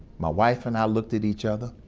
my wife and i looked at each other,